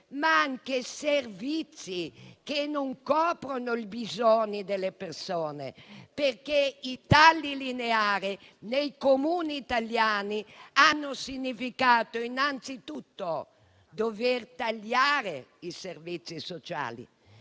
anche servizi che non coprono il bisogno delle persone, perché i tagli lineari nei Comuni italiani hanno significato innanzitutto dover tagliare i servizi sociali.